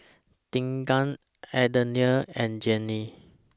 Deegan Adelia and Jenni